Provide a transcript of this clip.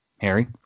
Harry